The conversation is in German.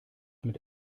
mit